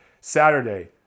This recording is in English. Saturday